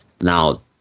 Now